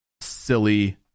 Silly